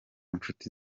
nshuti